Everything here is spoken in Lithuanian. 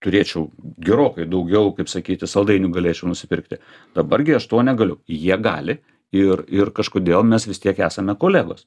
turėčiau gerokai daugiau kaip sakyti saldainių galėčiau nusipirkti dabar gi aš to negaliu jie gali ir ir kažkodėl mes vis tiek esame kolegos